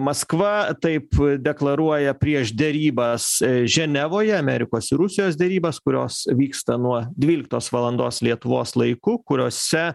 maskva taip deklaruoja prieš derybas ženevoje amerikos ir rusijos derybas kurios vyksta nuo dvyliktos valandos lietuvos laiku kuriose